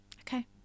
Okay